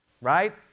right